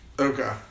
Okay